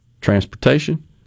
Transportation